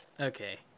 okay